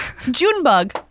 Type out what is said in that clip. Junebug